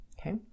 okay